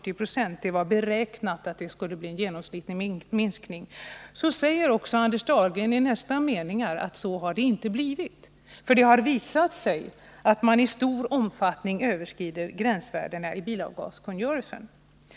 Anders Dahlgren säger i svaret att dessa krav har lett till en minskning av Om bilavgasernas föroreningsutsläppen från dessa bilar med 35-40 26. Men det var den = phälsooch miljögenomsnittliga minskning som man beräknade kunna uppnå, och Anders effekter Dahlgren säger ju själv i nästa mening i det här sammanhanget att gränsvärdena i bilavgaskungörelsen i stor omfattning har överskridits.